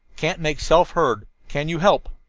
can't make self heard. can you help?